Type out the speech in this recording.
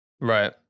Right